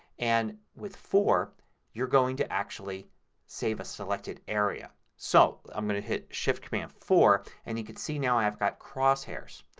and with four you're going to actually save a selected area. so i'm going to hit shift command four and you can see now i've got crosshairs.